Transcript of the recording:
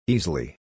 Easily